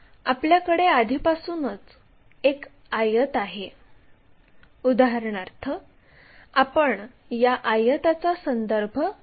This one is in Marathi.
आपल्याकडे आधीपासूनच एक आयत आहे उदाहरणार्थ आपण या आयताचा संदर्भ देत आहोत